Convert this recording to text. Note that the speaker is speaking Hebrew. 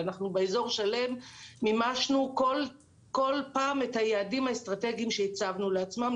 אנחנו באזור שלם מימשנו כל פעם את היעדים האסטרטגיים שהצבנו לעצמנו,